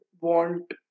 want